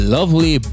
Lovely